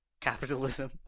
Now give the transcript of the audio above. capitalism